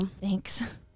Thanks